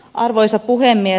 arvoisa puhemies